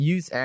Use